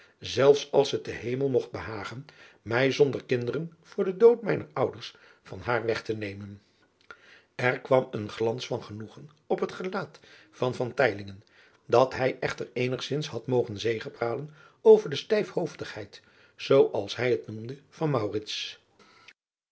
zelfs als het den emel mogt behagen mij zouder kinderen voor den dood mijner ouders van haar weg te nemen r kwam een glans van genoegen op het gelaat van dat hij echter eenigzins had mogen zegepralen over de stijfhoofdigheid zoo als hij het noemde van